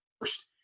first